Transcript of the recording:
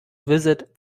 visit